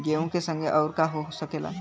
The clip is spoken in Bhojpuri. गेहूँ के संगे अउर का का हो सकेला?